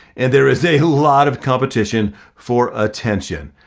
and there is a lot of competition for attention.